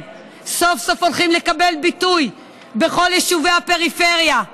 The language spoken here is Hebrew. סוף-סוף הולכים לקבל ביטוי בכל יישובי הפריפריה.